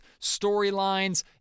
storylines